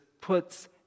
puts